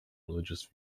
religious